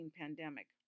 pandemic